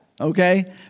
Okay